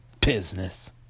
Business